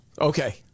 okay